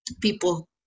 People